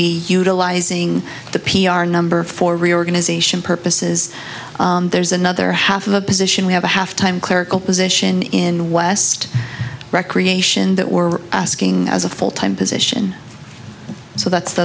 be utilizing the p r number for reorganization purposes there's another half of a position we have a half time clerical position in west recreation that we're asking as a full time position so that's the